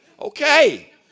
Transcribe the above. okay